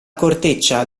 corteccia